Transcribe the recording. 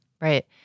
Right